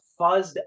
fuzzed